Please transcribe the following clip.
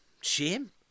Shame